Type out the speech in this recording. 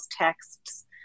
texts